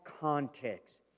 context